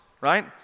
right